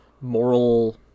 moral